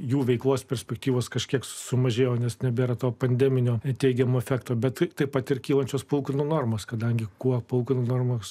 jų veiklos perspektyvos kažkiek sumažėjo nes nebėra to pandeminio teigiamo efekto bet taip pat ir kylančios palūkanų normos kadangi kuo palūkanų normos